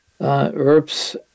herbs